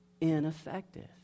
ineffective